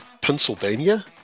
Pennsylvania